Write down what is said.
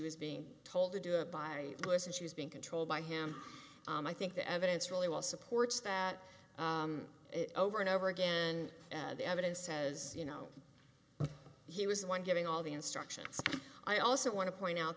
was being told to do it by bush and she was being controlled by him and i think the evidence really well supports that over and over again and the evidence says you know he was the one giving all the instructions i also want to point out